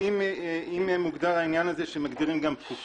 אם מוגדר העניין הזה שמגדירים גם תקופה,